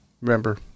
Remember